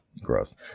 Gross